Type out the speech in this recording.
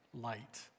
light